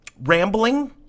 rambling